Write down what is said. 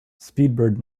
speedbird